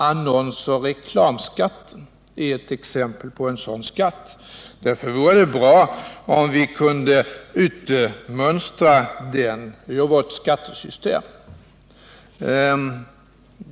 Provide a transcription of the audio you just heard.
Annonsoch reklamskatten är ett exempel på en sådan skatt. Därför vore det bra om vi kunde utmönstra den ur vårt skattesystem.